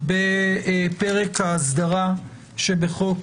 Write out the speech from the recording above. בפרק האסדרה שבחוק